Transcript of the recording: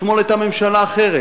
אתמול היתה ממשלה אחרת,